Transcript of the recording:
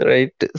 Right